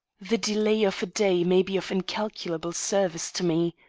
the delay of a day may be of incalculable service to me.